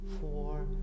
four